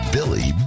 Billy